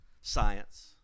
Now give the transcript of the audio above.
science